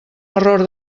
error